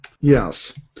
Yes